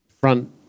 front